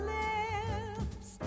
lips